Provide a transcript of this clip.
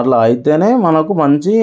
అట్లా అయితేనే మనకు మంచి